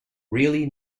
really